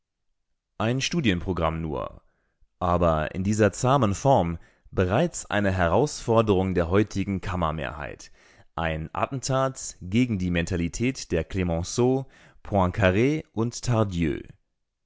ein studienprogramm nur aber in dieser zahmen form bereits eine herausforderung der heutigen kammermehrheit ein attentat gegen die mentalität der clemenceau poincar und